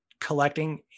collecting